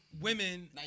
women